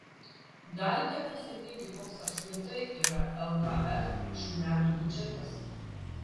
galite pasakyti koks apskritai yra lkf šių metų biudžetas